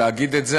להגיד את זה,